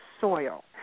soil